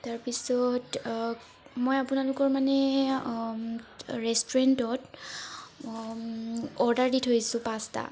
তাৰপিছত মই আপোনালোকৰ মানে ৰেষ্টুৰেণ্টত অৰ্ডাৰ দি থৈছো পাঁচটা